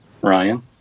Ryan